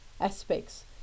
aspects